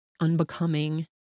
unbecoming